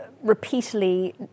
Repeatedly